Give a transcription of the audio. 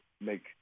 make